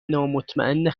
نامطمئن